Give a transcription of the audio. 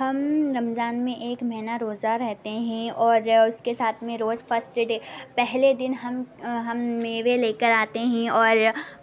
ہم رمضان میں ایک مہینہ روزہ رہتے ہیں اور اس کے ساتھ میں روز فسٹ ڈے پہلے دن ہم ہم میوے لے کر آ تے ہیں اور